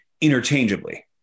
interchangeably